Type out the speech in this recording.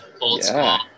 old-school